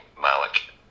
Malik